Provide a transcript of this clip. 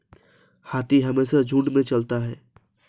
हाथी हमेशा झुंड में चलता है